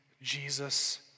Jesus